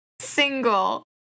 single